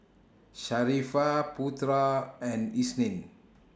Sharifah Putera and Isnin